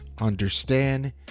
understand